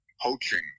poaching